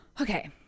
Okay